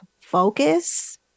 focus